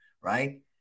right